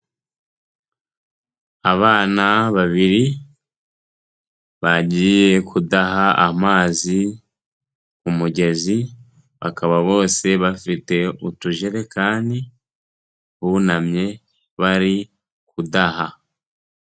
Abana babiri bagiye kudaha amazi, umugezi bakaba bose bafite utujekani bunamye bari kudaha.